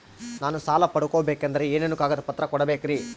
ನಾನು ಸಾಲ ಪಡಕೋಬೇಕಂದರೆ ಏನೇನು ಕಾಗದ ಪತ್ರ ಕೋಡಬೇಕ್ರಿ?